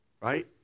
right